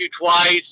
twice